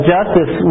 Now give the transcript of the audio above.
Justice